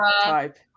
type